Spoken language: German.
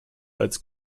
als